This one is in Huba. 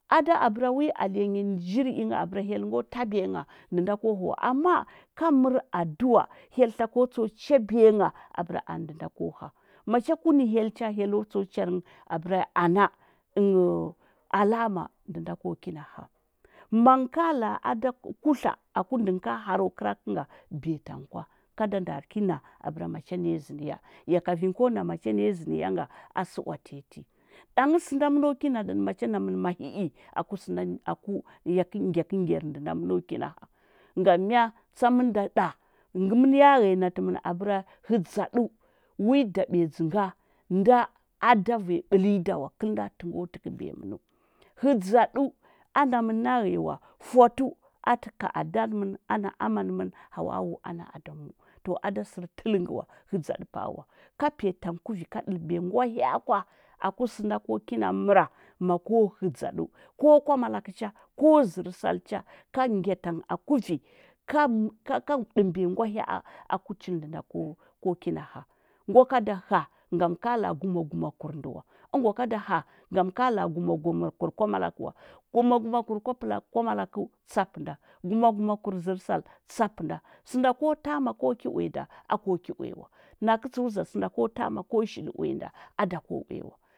A da wi alenya jiri inga abəra hyel ngo tabiya ngha ndə da ko hə wa. Amma ka mər aduwa hyel tlako tsəu chabiya abəra anə ndə nda ko həa. Macha ku nə hyel cha hyel o tsəu char nghə abəra ya ana, ənghəu alama ndə nda ko ki na həa. Ma ngə ka la a a da kutla aku ndə ngə ka har o kəra kə nga biya tang kwa, ka da nda ki na abəra macha naya zəndə ya, ya kafin ko a macha naya zəndə ya nga a səwa tanyi ti. Ɗang sənda məno kina nəɗə macha namən mahi i aku sənda aku yakə gyakə ngyar ndə nda məno kina həa. Ngam mya? Tsa mən da ɗa ngə mən ya ghəya natə abəra hədzaɗəu wi daɓiyadzə nga nda a da vanya ɓələ nyi da wa, kəlnda tə go təkəbiya mənəu. Hədzaɗəu a namən na ghəya wa, fwatəu a tə ka adan mən ana aman hawawu ana adamu. To a da sər tələ ngə wa, hədzaɗə pa a wa. Ka piya tang ku vi ka ɗəməbiya ngwahya a kwa, aku sənda ko kina məra ma ko hədzaɗəu. Ko kwamalakə cha ko zərsal cha ka ngya tang a ku vi ka mə ka ka ɗuməbiya ngwahya a wa aku chul ndə nda ko ko kina həa. Ngwa ka da həa ngam ka la a gumagumakur ndə wa. Əngwa ka da həa ngam ka la a gumagumakur kwamalakə wa. Gumagumakur kwambəlakə kwamalakəu tsa kə nda, gumagumakur zərsal tsa kə nda. Sənda ko tama ko ki uya nda, a ko ki uya wa. Nakə tsəu zah sənda ko tama ko shili uya nda a da ko shili uya wa.